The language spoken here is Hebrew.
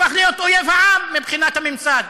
הפך להיות אויב העם מבחינת הממסד.